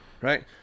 right